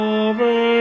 over